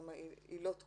כמה עילות קודמות,